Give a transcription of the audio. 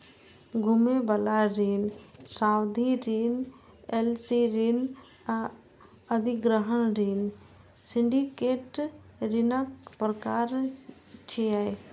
घुमै बला ऋण, सावधि ऋण, एल.सी ऋण आ अधिग्रहण ऋण सिंडिकेट ऋणक प्रकार छियै